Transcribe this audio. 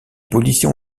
policiers